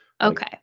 okay